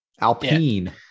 Alpine